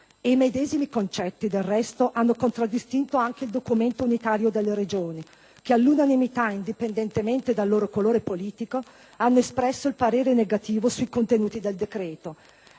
E i medesimi concetti, del resto, hanno contraddistinto anche il documento unitario delle Regioni che, all'unanimità, indipendentemente dal proprio colore politico, hanno espresso il loro parere negativo sui contenuti del decreto,